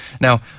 Now